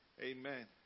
amen